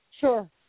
Sure